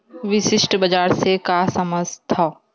विशिष्ट बजार से का समझथव?